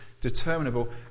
determinable